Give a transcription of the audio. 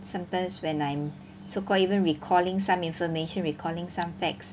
sometimes when I'm so called even recalling some information recalling some facts